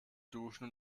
duschen